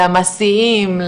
למסיעים,